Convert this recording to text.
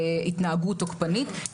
התנהגות תוקפנית,